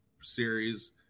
series